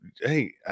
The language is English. hey